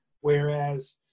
whereas